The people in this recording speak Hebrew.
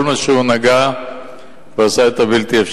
מה שהוא נגע הוא עשה את הבלתי-אפשרי.